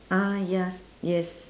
ah ya yes